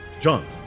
John